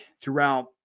throughout